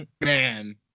man